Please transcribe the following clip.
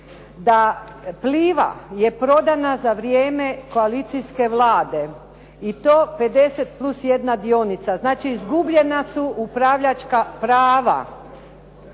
da Pliva je prodana za vrijeme koalicijske Vlade i to 50 plus jedna dionica. Znači izgubljena su upravljačka prava.